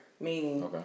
Meaning